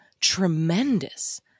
tremendous